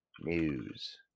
news